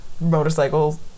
motorcycles